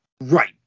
right